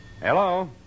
Hello